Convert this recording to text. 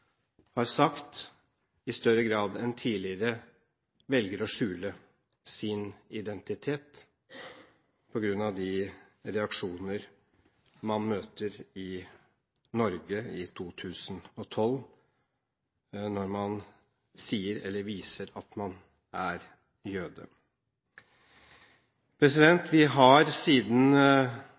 har sagt – i større grad enn tidligere velger å skjule sin identitet på grunn av de reaksjoner man møter i Norge i 2012 når man sier eller viser at man er jøde. Vi har siden